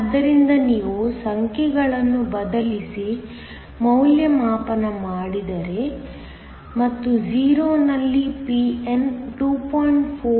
ಆದ್ದರಿಂದ ನೀವು ಸಂಖ್ಯೆಗಳನ್ನು ಬದಲಿಸಿ ಮೌಲ್ಯಮಾಪನ ಮಾಡಿದರೆ ಮತ್ತು 0 ನಲ್ಲಿ Pn 2